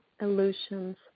illusions